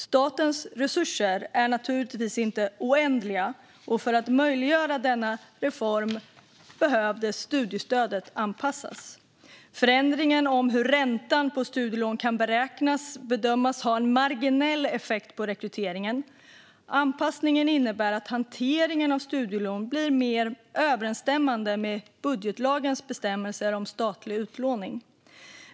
Statens resurser är naturligtvis inte oändliga, och för att möjliggöra denna reform behöver studiestödet anpassas. Förändringen av hur räntan på studielån kan beräknas bedöms ha en marginell effekt på rekryteringen. Anpassningen innebär att hanteringen av studielån blir mer överensstämmande med budgetlagens bestämmelser om statlig utlåning.